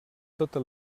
tota